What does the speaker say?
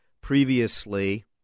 previously